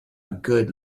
good